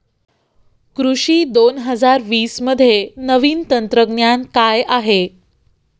कृषी दोन हजार वीसमध्ये नवीन तंत्रज्ञान काय आहे?